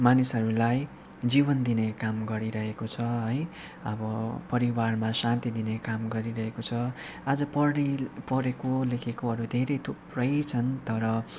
मानिसहरूलाई जिवन दिने काम गरिरहेको छ है अब परिवारमा शान्ती दिने काम गरिरहेको छ आज पढे पढेको लेखेकोहरू धेरै थुप्रै छन् तर